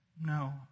No